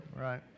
Right